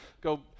go